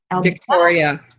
Victoria